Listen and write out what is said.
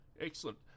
Excellent